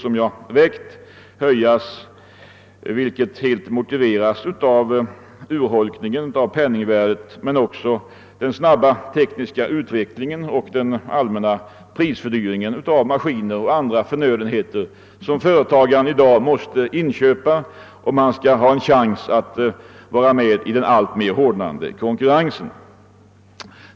Detta kan helt motiveras av att värdet på des-- sa lån redan urholkats av penningvärdeförsämringen men också av den snabba tekniska utvecklingen och den allmänna prisutvecklingen när det gäller de maskiner och andra förnödenheter som en företagare i dag måste inköpa, om han skall ha en chans att vara med i den alltmer hårdnande konkurrensen.